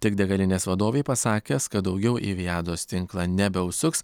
tik degalinės vadovei pasakęs kad daugiau į vijados tinklą nebeužsuks